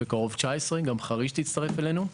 בקרוב 19 כאשר גם חריש תצטרף אלינו,